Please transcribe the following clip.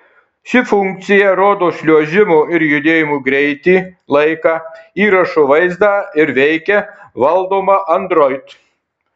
ši funkcija rodo šliuožimo ir judėjimo greitį laiką įrašo vaizdą ir veikia valdoma android